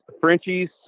Frenchies